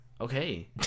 Okay